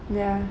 ya